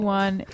one